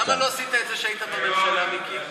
למה לא עשית את זה כשהיית בממשלה, מיקי?